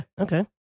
Okay